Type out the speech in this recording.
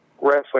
wrestling